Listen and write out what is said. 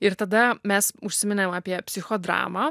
ir tada mes užsiminėm apie psichodramą